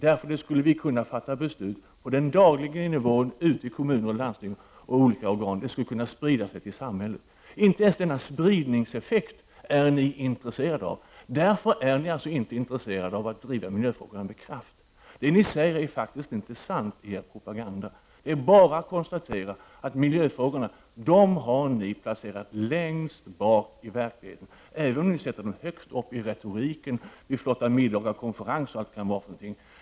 Då skulle man kunna fatta beslut på den lokala nivån i kommuner och landsting och i olika organ. Miljöpolitiken skulle kunna spridas i samhället. Inte ens denna spridningseffekt är ni socialdemokrater intresserade av. Ni är därför inte intresserade av att driva miljöfrågan med kraft. Det ni säger i er propaganda är faktiskt inte sant. Jag kan bara konstatera att ni i verkligheten har placerat miljöfrågorna längst bak, även om ni i retoriken ställer dem längst fram vid flotta middagar, konferenser och allt vad det kan vara.